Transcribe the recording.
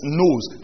knows